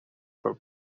for